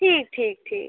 ठीक ठीक ठीक